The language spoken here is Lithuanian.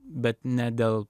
bet ne dėl